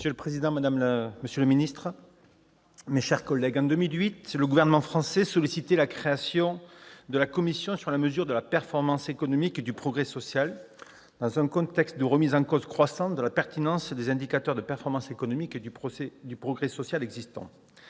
Monsieur le président, monsieur le secrétaire d'État, mes chers collègues, en 2008, le gouvernement français sollicitait la création de la Commission sur la mesure de la performance économique et du progrès social, dans un contexte de remise en cause croissante de la pertinence des indicateurs de performance économique et de progrès social existants.